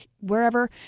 wherever